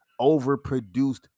overproduced